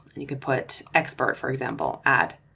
you could put expert for example, add,